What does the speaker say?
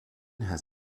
has